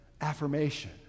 affirmation